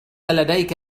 لديك